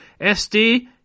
SD